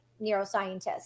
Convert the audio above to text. Neuroscientist